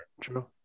true